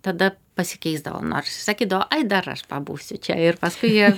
tada pasikeisdavo nors sakydavo ai dar aš pabūsiu čia ir paskui jie